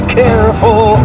careful